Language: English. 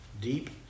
deep